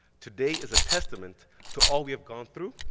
today is a testament to all we've gone through,